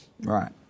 Right